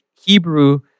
Hebrew